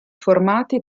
formati